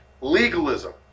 Legalism